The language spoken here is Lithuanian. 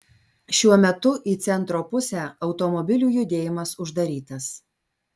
šiuo metu į centro pusę automobilių judėjimas uždarytas